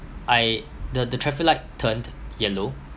I the the traffic light turned yellow